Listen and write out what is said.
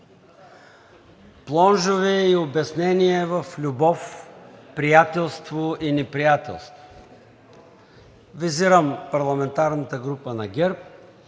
плонжове и обяснения в любов, приятелство и неприятелство. Визирам парламентарната група на ГЕРБ,